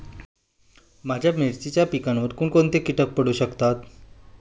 माझ्या मिरचीच्या पिकावर कोण कोणते कीटक पडू शकतात?